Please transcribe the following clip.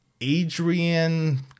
Adrian